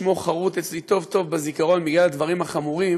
ששמו חרות לי טוב-טוב בזיכרון בגלל הדברים החמורים,